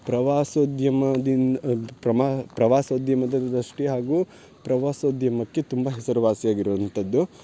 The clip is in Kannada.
ಪ್ರವಾಸೋದ್ಯಮದಿಂದ ಪ್ರಮಾ ಪ್ರವಾಸೋದ್ಯಮದ ದೃಷ್ಟಿ ಹಾಗೂ ಪ್ರವಾಸೋದ್ಯಮಕ್ಕೆ ತುಂಬ ಹೆಸರುವಾಸಿಯಾಗಿರುವಂಥದ್ದು